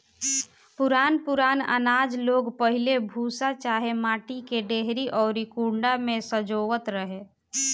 पुरान पुरान आनाज लोग पहिले भूसा चाहे माटी के डेहरी अउरी कुंडा में संजोवत रहे